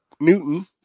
Newton